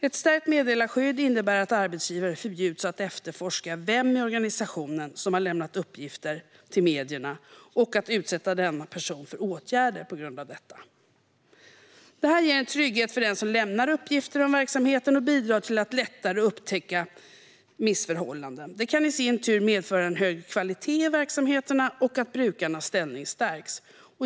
Ett stärkt meddelarskydd innebär att arbetsgivare förbjuds att efterforska vem i organisationen som har lämnat uppgifter till medierna och utsätta denna person för åtgärder på grund av detta. Det här ger trygghet för den som lämnar uppgifter om verksamheten och bidrar till att lättare upptäcka missförhållanden. Det kan i sin tur medföra höjd kvalitet i verksamheterna och att brukarnas ställning stärks.